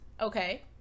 Okay